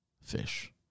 Fish